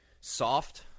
Soft